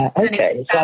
okay